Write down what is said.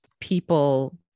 people